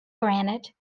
granite